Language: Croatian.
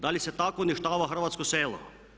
Da li se tako uništava hrvatsko selo?